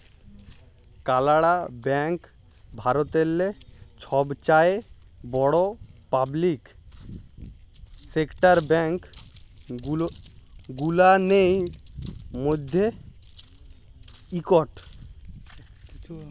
কালাড়া ব্যাংক ভারতেল্লে ছবচাঁয়ে বড় পাবলিক সেকটার ব্যাংক গুলানের ম্যধে ইকট